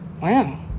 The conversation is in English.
Wow